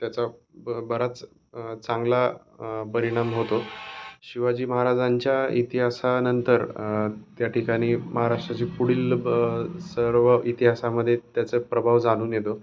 त्याचा ब बराच चांगला परिणाम होतो शिवाजी महाराजांच्या इतिहासानंतर त्या ठिकाणी महाराष्ट्राची पुढील ब सर्व इतिहासामध्ये त्याचा प्रभाव जाणून येतो